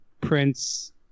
Prince